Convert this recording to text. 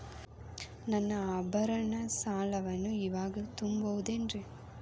Sir ನನ್ನ ಆಭರಣ ಸಾಲವನ್ನು ಇವಾಗು ತುಂಬ ಬಹುದೇನ್ರಿ?